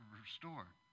restored